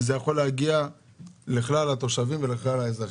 זה יכול להגיע לכלל התושבים ולכלל האזרחים.